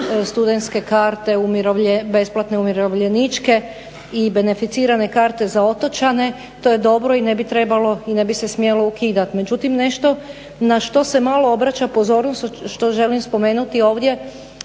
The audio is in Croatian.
studentske karte, besplatne umirovljeničke i beneficirane karte za otočane. To je dobro i ne bi trebalo i ne bi se smjelo ukidat. Međutim, nešto na što se malo obraća pozornost što želim spomenuti ovdje,